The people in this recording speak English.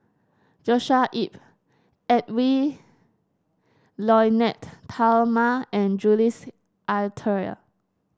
Joshua Ip Edwy Lyonet Talma and Jules Itier